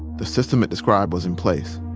the system it described was in place.